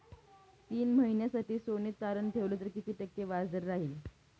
तीन महिन्यासाठी सोने तारण ठेवले तर किती टक्के व्याजदर राहिल?